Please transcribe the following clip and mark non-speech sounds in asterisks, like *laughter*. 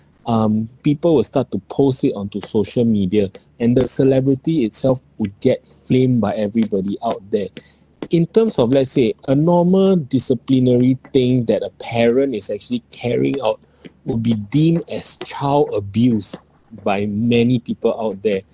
um people will start to post it onto social media and the celebrity itself would get flamed by everybody out there *breath* in terms of let's say a normal disciplinary things that a parent is actually carrying out would be deemed as child abuse by many people out there